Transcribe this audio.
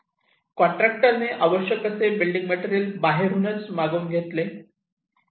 कॉन्ट्रॅक्टरने आवश्यक असे building material बाहेरून मागून घेतले